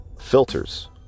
filters